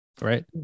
right